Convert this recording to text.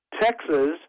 Texas